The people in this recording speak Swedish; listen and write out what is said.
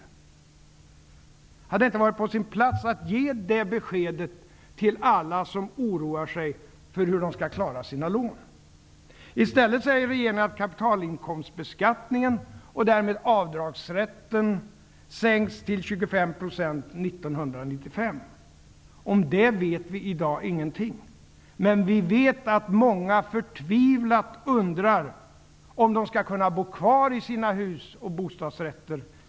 Skulle det inte ha varit på sin plats att ge det beskedet till alla dem som oroar sig för hur de skall kunna klara sina lån? I stället säger regeringen att kapitalinkomstbeskattningen, och därmed avdragsrätten, sänks till 25 % år 1995. Vi vet ingenting om det i dag, men vi vet att många förtvivlat undrar om de om ett år skall kunna bo kvar i sina hus och bostadsrätter.